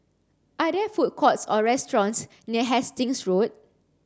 are there food courts or restaurants near Hastings Road